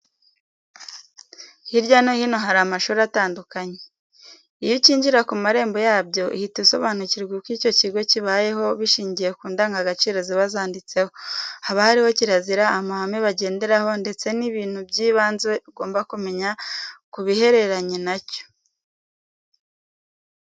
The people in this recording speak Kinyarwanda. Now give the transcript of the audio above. Hirya no hino, hari amashuri atandukanye. Iyo ucyinjira ku marembo yabyo, uhita usobanukirwa uko icyo kigo kibayeho bishingiye ku ndangagaciro ziba zanditseho. Haba hariho kirazira, amahame bagenderaho ndetse n'ibintu by'ibanze ugomba ku menya kubihereranye na cyo.